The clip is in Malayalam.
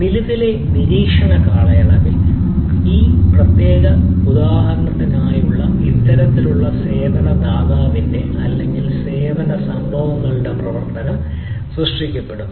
നിലവിലെ നിരീക്ഷണ കാലയളവിൽ ഒരു പ്രത്യേക സേവന ഉദാഹരണത്തിനായുള്ള ഇത്തരത്തിലുള്ള സേവന ദാതാവിന്റെ അല്ലെങ്കിൽ സേവന സംഭവങ്ങളുടെ പ്രകടനം സൃഷ്ടിക്കപ്പെടുന്നു